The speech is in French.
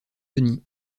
denis